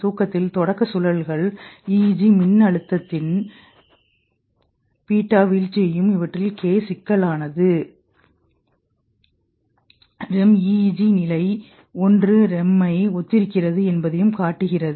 தூக்கத்தின் தொடக்க சுழல்களில் EEG மின்னழுத்தத்தில் பீட்டா வீழ்ச்சியையும் இவற்றில் k சிக்கலானது REM EEG நிலை 1 REM ஐ ஒத்திருக்கிறது என்பதையும் காட்டுகிறது